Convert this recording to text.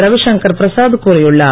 ரவிசங்கர் பிரசாத் கூறியுள்ளார்